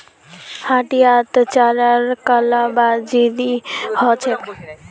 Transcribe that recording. हटियात चारार कालाबाजारी ह छेक